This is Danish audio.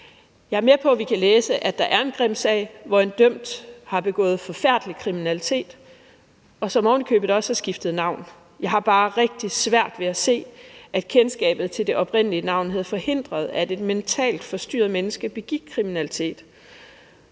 Jeg er med på, at vi kan læse, at der er en grim sag, hvor en dømt har begået forfærdelig kriminalitet, og som oven i købet også har skiftet navn. Jeg har bare rigtig svært ved at se, at kendskabet til det oprindelige navn havde forhindret, at et mentalt forstyrret menneske begik kriminalitet.